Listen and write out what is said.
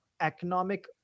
economic